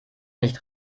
nicht